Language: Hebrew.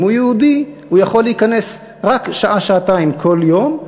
אם הוא יהודי הוא יכול להיכנס רק שעה-שעתיים כל יום,